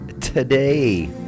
today